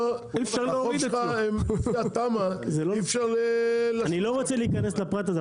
החוף שלך לפי התמ"א אי אפשר --- אני לא רוצה להכניס לפרט הזה,